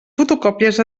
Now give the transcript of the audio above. fotocòpies